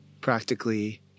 practically